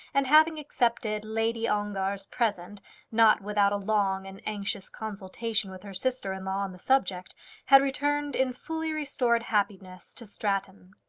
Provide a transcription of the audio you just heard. and having accepted lady ongar's present not without a long and anxious consultation with her sister-in-law on the subject had returned in fully restored happiness to stratton.